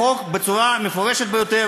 החוק אומר בצורה מפורשת ביותר